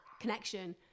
connection